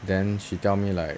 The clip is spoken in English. then she tell me like